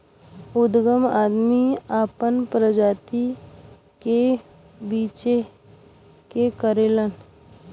उदगम आदमी आपन प्रजाति के बीच्रहे के करला